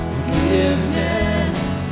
Forgiveness